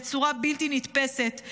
בצורה בלתי נתפסת,